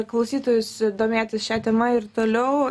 klausytojus domėtis šia tema ir toliau